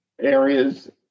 areas